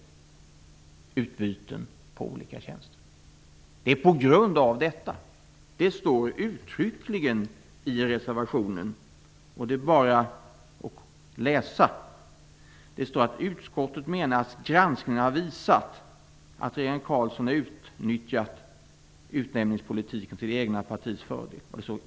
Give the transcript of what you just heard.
Det står uttryckligen att det är på grund av den socialdemokratiska utnämningspolitiken som vi riskerar detta. Det är bara att läsa innantill. Det står: "Utskottet menar att granskningen har visat att regeringen Carlsson har utnyttjat utnämningspolitiken till det egna partiets fördel.